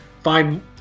find